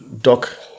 doc